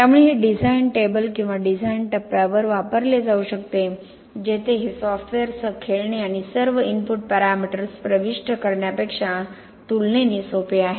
त्यामुळे हे design table किंवा डिझाइन टप्प्यावर वापरले जाऊ शकते जेथे हे सॉफ्टवेअरसह खेळणे आणि सर्व इनपुट पॅरामीटर्स प्रविष्ट करण्यापेक्षा तुलनेने सोपे आहे